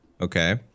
Okay